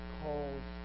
calls